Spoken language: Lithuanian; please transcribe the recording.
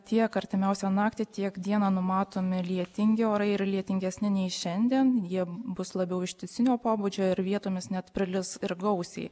tiek artimiausią naktį tiek dieną numatomi lietingi orai ir lietingesni nei šiandien jie bus labiau ištisinio pobūdžio ir vietomis net prilis ir gausiai